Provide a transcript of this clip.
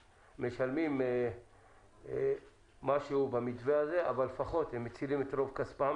משלמים משהו במתווה הזה אבל לפחות הם מצילים את רוב כספם